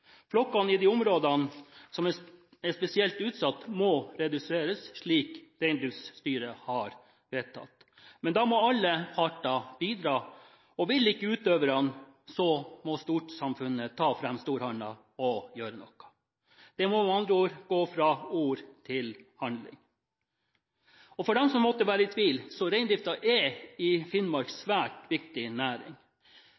Flokkene i de områdene som er spesielt utsatt, må reduseres, slik Reindriftsstyret har vedtatt. Men da må alle parter bidra, og vil ikke utøverne, må storsamfunnet ta fram «storhanda» og gjøre noe. Det må med andre ord gå fra ord til handling. For dem som måtte være i tvil: Reindriften er i Finnmark